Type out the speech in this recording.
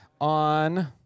on